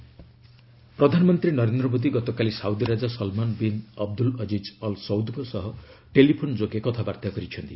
PM Saudi king ପ୍ରଧାନମନ୍ତ୍ରୀ ନରେନ୍ଦ୍ର ମୋଦୀ ଗତକାଲି Saudi ରାଜା Salman bin Abdul Aziz Al ସଉଦ୍ଙ୍କ ସହ ଟେଲିଫୋନ୍ ଯୋଗେ କଥାବାର୍ତ୍ତା କରିଛନ୍ତି